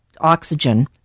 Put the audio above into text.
oxygen